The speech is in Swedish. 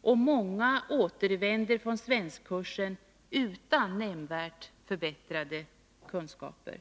och många avslutar svenskkursen utan nämnvärt förbättrade kunskaper.